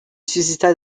suscita